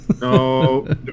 No